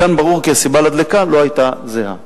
מכאן ברור כי הסיבה לדלקה לא היתה זהה.